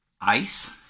ice